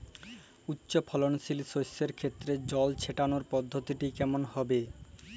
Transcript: উচ্চফলনশীল শস্যের ক্ষেত্রে জল ছেটানোর পদ্ধতিটি কমন হবে?